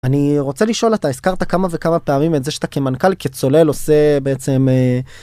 אני... רוצה לשאול, אתה הזכרת כמה וכמה פעמים את זה שאתה כמנכ״ל, כצולל עושה בעצם אה...